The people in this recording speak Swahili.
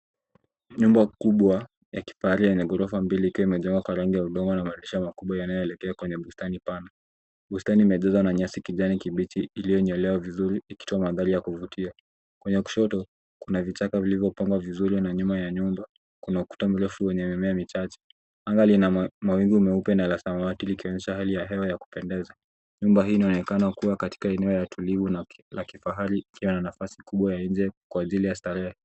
Nyumba kubwa ya kifahari yenye ghorofa mbili ikiwa imejengwa kwa rangi ya udongo na madirisha makubwa yanayoelekea kwenye bustani pana. Bustani imejazwa na nyasi kijani kibichi iliyonyolewa vizuri ikitoa mandhari ya kuvutia. Kwenye kushoto, kuna vichaka vilivyopangwa vizuri na nyuma ya nyumba kuna ukuta mrefu wenye mimea michache. Anga lina mawingu meupe na la samawati likionyesha hali ya hewa ya kupendeza. Nyumba hii inaonekana kuwa katika eneo tulivu na la kifahari likiwa na nafasi kubwa ya nje kwa ajili ya starehe.